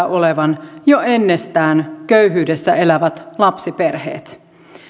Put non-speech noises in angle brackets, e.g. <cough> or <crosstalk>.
<unintelligible> olevan jo ennestään köyhyydessä elävät lapsiperheet